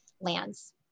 lands